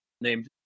named